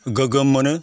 गोगोम मोनो